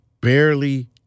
barely